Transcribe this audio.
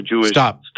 Stop